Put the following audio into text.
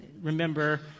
Remember